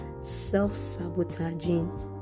self-sabotaging